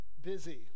busy